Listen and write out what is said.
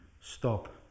stop